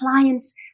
clients